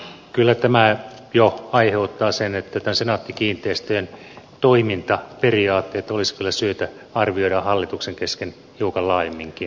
kyllä tämä jo aiheuttaa sen että senaatti kiinteistöjen toimintaperiaatteet olisi syytä arvioida hallituksen kesken hiukan laajemminkin